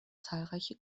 zahlreiche